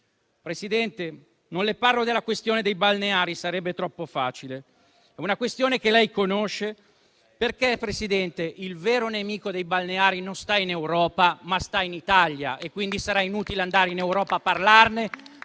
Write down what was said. Presidente, non le parlo della questione dei balneari, sarebbe troppo facile. È una questione che lei conosce, perché il vero nemico dei balneari non sta in Europa, ma in Italia, quindi sarà inutile andare a parlarne